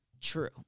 true